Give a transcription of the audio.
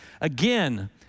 Again